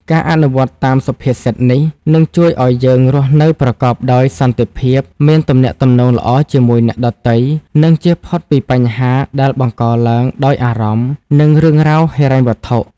ការអនុវត្តតាមសុភាសិតនេះ នឹងជួយឲ្យយើងរស់នៅប្រកបដោយសន្តិភាព មានទំនាក់ទំនងល្អជាមួយអ្នកដទៃ និងជៀសផុតពីបញ្ហាដែលបង្កឡើងដោយអារម្មណ៍ និងរឿងរ៉ាវហិរញ្ញវត្ថុ។